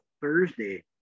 Thursday